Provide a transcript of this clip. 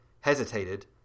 hesitated